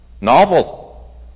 Novel